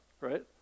right